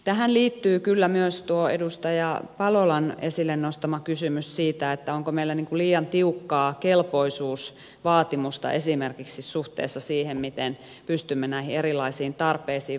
tähän liittyy kyllä myös tuo edustaja palolan esille nostama kysymys siitä onko meillä liian tiukkaa kelpoisuusvaatimusta esimerkiksi suhteessa siihen miten pystymme näihin erilaisiin tarpeisiin vastaamaan